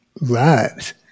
lives